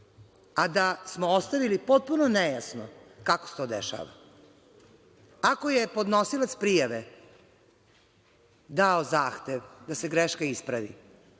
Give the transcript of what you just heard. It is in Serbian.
a da smo ostavili potpuno nejasno kako se to dešava. Ako je podnosilac prijave dao zahtev da se greška ispravi,